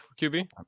QB